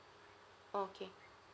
oh okay